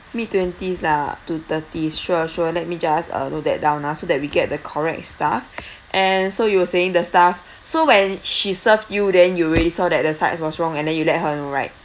mid twenties lah to thirty sure sure let me just uh note that down ah so that we get the correct staff and so you were saying the staff so when she served you then you already saw that the side was wrong and then you let her know right